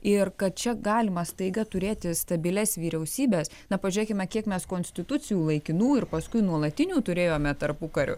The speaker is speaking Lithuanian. ir kad čia galima staiga turėti stabilias vyriausybes na pažiūrėkime kiek mes konstitucijų laikinų ir paskui nuolatinių turėjome tarpukariu